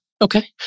Okay